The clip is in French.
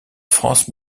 france